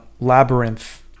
Labyrinth